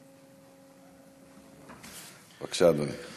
בבקשה, אדוני.